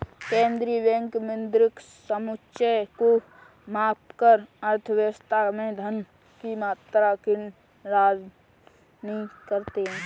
केंद्रीय बैंक मौद्रिक समुच्चय को मापकर अर्थव्यवस्था में धन की मात्रा की निगरानी करते हैं